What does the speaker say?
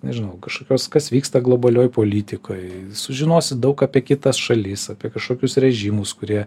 nežinau kažkokios kas vyksta globalioj politikoj sužinosit daug apie kitas šalis apie kažkokius režimus kurie